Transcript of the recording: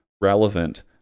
relevant